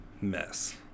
mess